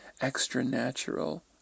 extra-natural